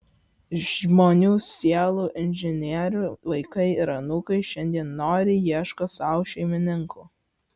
žmonių sielų inžinierių vaikai ir anūkai šiandien noriai ieško sau šeimininkų